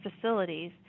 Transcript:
facilities